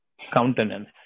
countenance